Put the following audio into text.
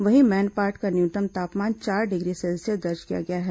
वहीं मैनपाट का न्यूनतम तापमान चार डिग्री सेल्सियस दर्ज किया गया है